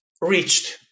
reached